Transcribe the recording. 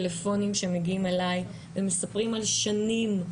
טלפונים שמגיעים אליי ומספרים על שנים,